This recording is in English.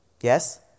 Yes